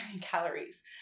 calories